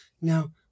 Now